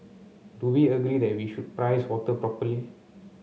do we agree that we should price water properly